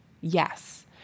Yes